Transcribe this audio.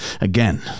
Again